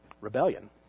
Rebellion